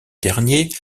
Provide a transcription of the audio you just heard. derniers